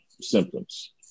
symptoms